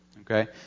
Okay